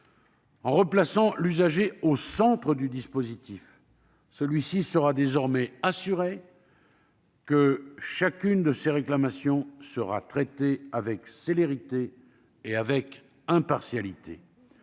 sans replacer l'usager au centre du dispositif. Ce dernier sera désormais assuré que chacune de ses réclamations sera traitée avec célérité et impartialité.